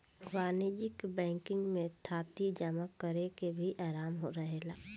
वाणिज्यिक बैंकिंग में थाती जमा करेके भी आराम रहेला